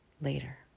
later